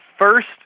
first